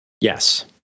Yes